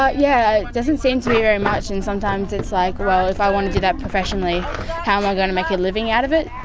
yeah, it doesn't seem to be very much and sometimes it's like, well, if i want to do that professionally how am i gonna make a living out of it?